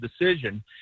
decision